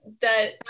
that-